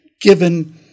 given